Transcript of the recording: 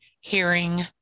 hearing